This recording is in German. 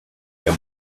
der